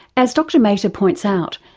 as dr metha points out,